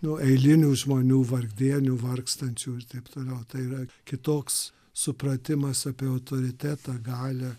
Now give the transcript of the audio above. nuo eilinių žmonių vargdienių vargstančių ir taip toliau tai yra kitoks supratimas apie autoritetą galią